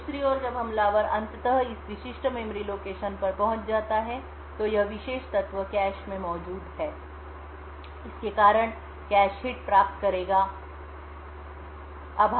दूसरी ओर जब हमलावर अंततः इस विशिष्ट मेमोरी लोकेशन पर पहुंच जाता है तो यह विशेष तत्व कैश में मौजूद है इस के कारण कैश हिट प्राप्त करेगा कि